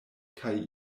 kaj